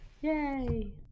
Yay